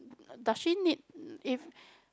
does she need if